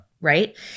Right